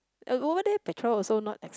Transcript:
o~ over there petrol also not ex~